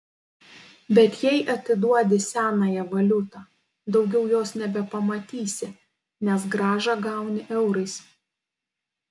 bet jei atiduodi senąją valiutą daugiau jos nebepamatysi nes grąžą gauni eurais